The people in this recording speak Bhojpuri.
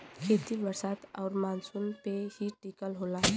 खेती बरसात आउर मानसून पे ही टिकल होला